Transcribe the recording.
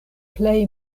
plej